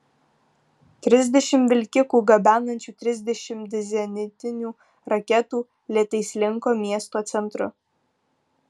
trisdešimt vilkikų gabenančių trisdešimt zenitinių raketų lėtai slinko miesto centru